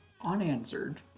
unanswered